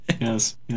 yes